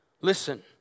Listen